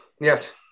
Yes